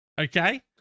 okay